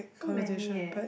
so many eh